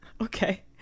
Okay